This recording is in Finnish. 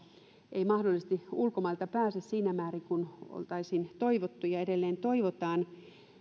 ei mahdollisesti ulkomailta pääse siinä määrin kuin oltaisiin toivottu ja edelleen toivotaan